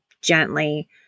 gently